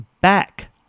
back